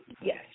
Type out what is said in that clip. Yes